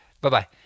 Bye-bye